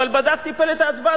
אבל בדקתי את פלט ההצבעה,